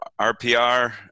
RPR